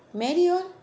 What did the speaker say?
mary all